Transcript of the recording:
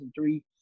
2003